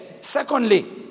Secondly